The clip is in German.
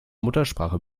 muttersprache